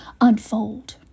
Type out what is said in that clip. unfold